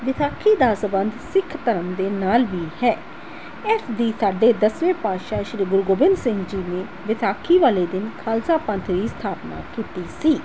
ਵਿਸਾਖੀ ਦਾ ਸਬੰਧ ਸਿੱਖ ਧਰਮ ਦੇ ਨਾਲ ਵੀ ਹੈ ਇਸ ਦੀ ਸਾਡੇ ਦਸਵੇਂ ਪਾਤਸ਼ਾਹ ਸ਼੍ਰੀ ਗੁਰੂ ਗੋਬਿੰਦ ਸਿੰਘ ਜੀ ਨੇ ਵਿਸਾਖੀ ਵਾਲੇ ਦਿਨ ਖ਼ਾਲਸਾ ਪੰਥ ਦੀ ਸਥਾਪਨਾ ਕੀਤੀ ਸੀ